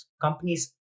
companies